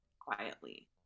quietly